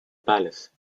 palace